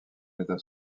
état